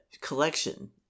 collection